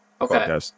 Okay